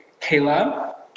Kayla